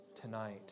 tonight